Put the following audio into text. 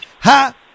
ha